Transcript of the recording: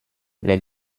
les